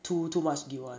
too too much guilt [one]